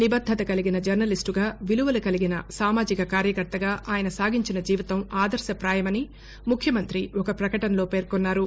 నిబద్దత కలిగిన జర్నలిస్టుగా విలువలు కలిగిన సామాజిక కార్యకర్తగా ఆయన సాగించిన జీవితం ఆదర్శప్రాయమని ముఖ్యమంత్రి ఒక పకటనలో పేర్కొన్నారు